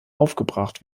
aufgebracht